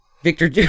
Victor